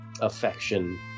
affection